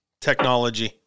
Technology